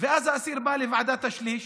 ואז האסיר בא לוועדת השליש,